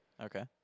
Okay